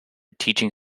teaching